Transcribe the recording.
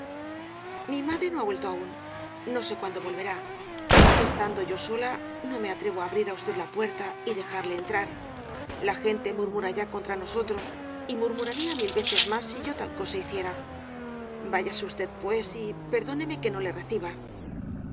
mi madre no ha vuelto aún no sé cuándo volverá estando yo sola no me atrevo á abrir á usted la puerta y á dejarle entrar la gente mur mura ya contra nosotros y murmuraría mil veces más si yo tal cosa hiciera váyase usted pues y perdóneme que no le reciba